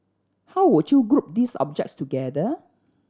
how would you group these objects together